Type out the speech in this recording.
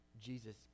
Jesus